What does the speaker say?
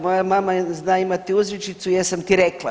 Moja mama zna imati uzrečicu jesam ti rekla.